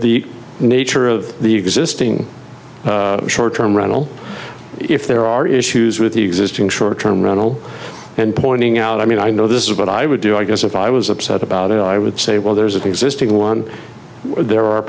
the nature of the existing short term rental if there are issues with the existing short term rental and pointing out i mean i know this is what i would do i guess if i was upset about it i would say well there's the existing one there are